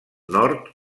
nord